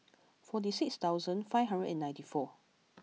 forty six thousand five hundred and ninety four